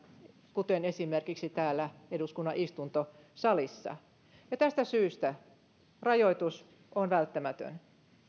kuten esimerkiksi täällä eduskunnan istuntosalissa ja tästä syystä rajoitus on välttämätön